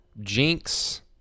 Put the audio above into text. jinx